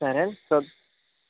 సరే అండి చూద్దాం